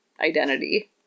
identity